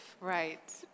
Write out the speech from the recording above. Right